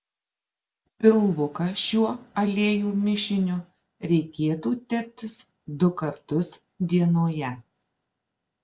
pilvuką šiuo aliejų mišiniu reikėtų teptis du kartus dienoje